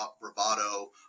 bravado